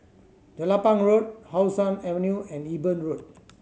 Jelapang Road How Sun Avenue and Eben Road